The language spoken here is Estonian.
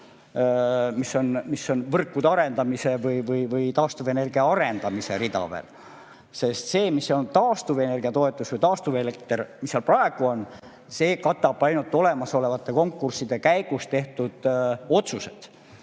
veel: võrkude arendamise või taastuvenergia arendamise rida. Sest see taastuvenergia toetus või taastuvelekter, mis seal praegu on, katab ainult olemasolevate konkursside käigus tehtud otsused,